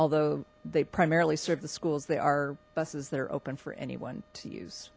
although they primarily serve the schools they are buses that are open for anyone to use